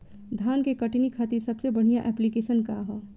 धान के कटनी खातिर सबसे बढ़िया ऐप्लिकेशनका ह?